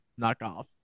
knockoff